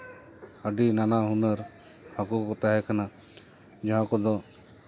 ᱟᱹᱰᱤ ᱱᱟᱱᱟ ᱦᱩᱱᱟᱹᱨ ᱦᱟᱹᱠᱩ ᱠᱚ ᱛᱟᱦᱮᱸ ᱠᱟᱱᱟ ᱡᱟᱦᱟᱸ ᱠᱚᱫᱚ